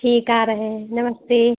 ठीक आ रहे हैं नमस्ते